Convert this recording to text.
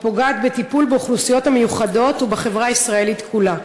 הפוגעות בטיפול באוכלוסיות המיוחדות ובחברה הישראלית כולה.